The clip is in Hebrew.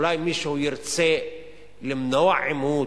אולי מישהו ירצה למנוע עימות.